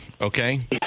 Okay